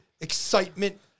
excitement